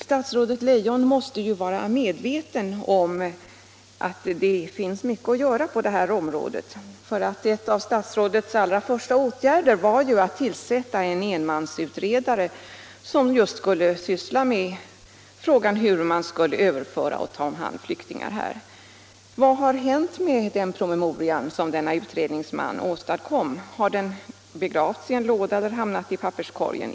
Statsrådet Leijon måste ju vara medveten om att det finns mycket att göra på det här området, en av statsrådets allra första åtgärder var ju att tillsätta en enmansutredning som just skulle syssla med frågan hur man skall överföra och ta om hand flyktingar. Vad har hänt med den promemoria som denne utredningsman åstadkom? Har den begravts i en låda eller hamnat i papperskorgen?